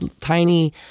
tiny